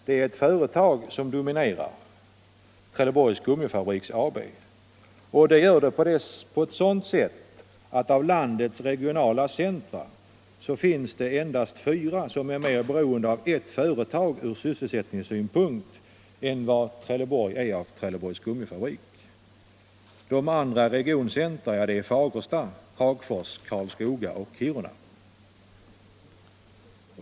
Det är ett företag som dominerar, Treileborgs Gummifabriks AB, och på ett sådant sätt att det av landets regionala centra finns endast fyra som är mer beroende av ett företag ur sysselsättningssynpunkt än vad Trelleborg är av Trelléborgs Gummifabriks AB, nämligen Fagersta, Hagfors, Karlskoga och Kiruna.